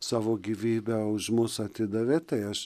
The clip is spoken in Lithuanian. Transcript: savo gyvybę už mus atidavė tai aš